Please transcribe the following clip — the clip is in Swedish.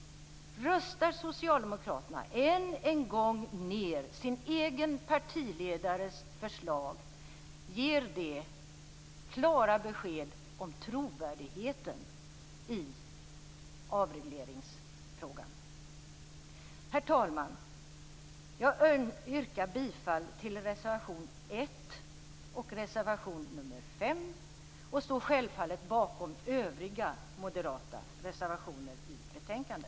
Röstar socialdemokraterna än en gång ned sin egen partiledares förslag ger det klara besked om trovärdigheten i avregleringsfrågan. Herr talman! Jag yrkar bifall till reservation 1 och reservation 5 och står självfallet bakom övriga moderata reservationer i betänkandet.